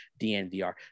DNVR